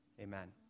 Amen